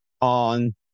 on